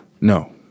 No